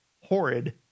horrid